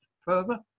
further